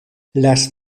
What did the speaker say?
las